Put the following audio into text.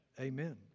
Amen